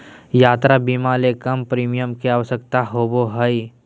यात्रा बीमा ले कम प्रीमियम के आवश्यकता होबो हइ